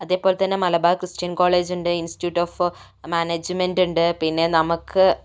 അതേപോലെത്തന്നെ Malabar Christian college ഉണ്ട് institute of management ഉണ്ട് പിന്നെ നമുക്ക്